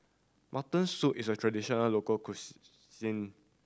mutton soup is a traditional local